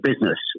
business